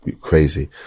crazy